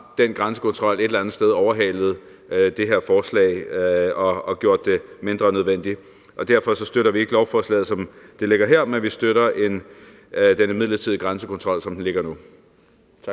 den grænsekontrol et eller andet sted overhalet det her forslag og gjort det mindre nødvendigt. Derfor så støtter vi ikke beslutningsforslaget, som det ligger her, men vi støtter den midlertidige grænsekontrol, som den ligger nu.